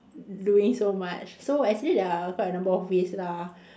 doing so much so actually there are quite a number of ways lah